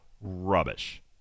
rubbish